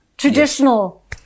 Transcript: Traditional